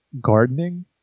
gardening